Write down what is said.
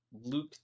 luke